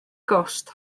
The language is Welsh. gost